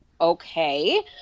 okay